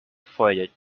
avoided